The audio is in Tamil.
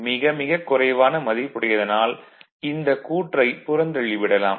மிக மிகக் குறைவான மதிப்புடையதனால் இந்த கூற்றைப் புறந்தள்ளிவிடலாம்